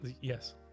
Yes